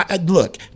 look